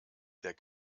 der